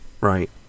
right